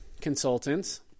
consultants